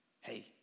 hey